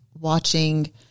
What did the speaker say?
watching